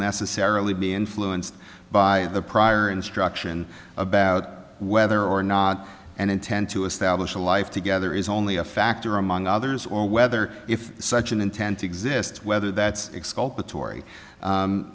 necessarily be influenced by the prior instruction about whether or not and intend to establish a life together is only a factor among others or whether if such an intent exists whether that's